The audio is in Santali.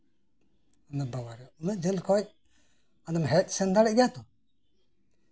ᱵᱟᱵᱟᱨᱮ ᱩᱱᱟᱹᱜ ᱡᱷᱟᱹᱞ ᱠᱷᱚᱡ ᱦᱮᱡ ᱥᱮᱱ ᱫᱟᱲᱮ ᱠᱮᱭᱟ ᱛᱚ